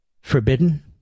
forbidden